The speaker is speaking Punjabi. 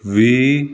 ਵੀ